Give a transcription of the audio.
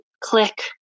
click